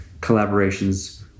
collaborations